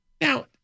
Now